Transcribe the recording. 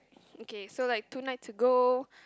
okay so like two nights ago